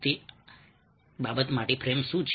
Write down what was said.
તે બાબત માટે ફ્રેમ શું છે